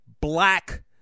black